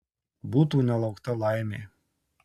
būtų nelaukta laimė